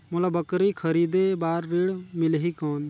मोला बकरी खरीदे बार ऋण मिलही कौन?